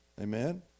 Amen